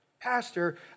Pastor